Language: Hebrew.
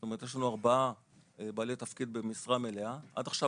יש לנו ארבעה בעלי תפקיד במשרה מלאה עד עכשיו